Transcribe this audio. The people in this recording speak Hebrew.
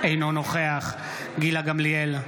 אינו נוכח גילה גמליאל,